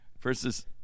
versus